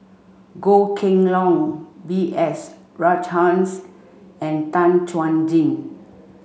Goh Kheng Long B S Rajhans and Tan Chuan Jin